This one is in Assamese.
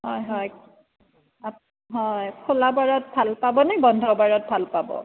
হয় হয় হয় খোলাবাৰত ভাল পাবনে বন্ধ বাৰত ভাল পাব